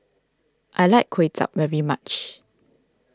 I like Kway Chap very much